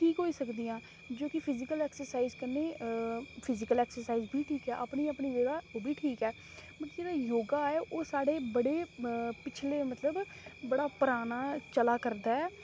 ओह् ठीक होई सकदियां जो कि फिजिकल एक्सरसाइज कन्नै फिजिकल एक्सरसाइज बी ठीक ऐ अपनी अपनी जगह् एह् बी ठीक ऐ मतलब जेह्ड़ा योगा ऐ ओह् साढ़े बड़े पिछले मतलब बड़ा पराना चलै करदा ऐ